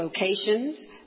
locations